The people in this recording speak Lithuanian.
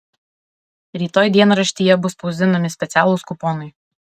rytoj dienraštyje bus spausdinami specialūs kuponai